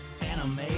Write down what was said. Anime